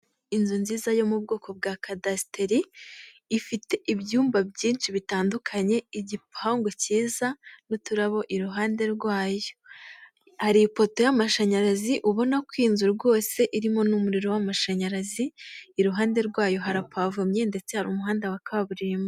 Inzu nziza yo mu bwoko bwa kadasiteri, ifite ibyumba byinshi bitandukanye igipangu cyiza n'uturabo iruhande rwayo. Hari ipoto y'amashanyarazi ubona ko iyi inzu rwose irimo n'umuriro w'amashanyarazi, iruhande rwayo harapavomye ndetse hari umuhanda wa kaburimbo.